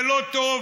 זה לא טוב.